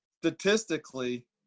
statistically